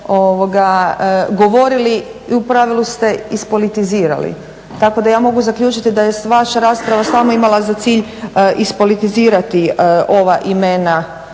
govorili i u pravilu ste ispolitizirali. Tako da ja mogu zaključiti da je vaša rasprava samo imala za cilj ispolitizirati ova imena